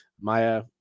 Maya